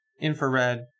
infrared